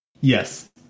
Yes